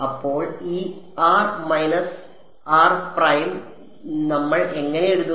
അപ്പോൾ ഈ r minus r prime നമ്മൾ എങ്ങനെ എഴുതും